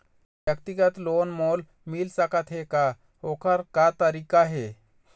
व्यक्तिगत लोन मोल मिल सकत हे का, ओकर का तरीका हे?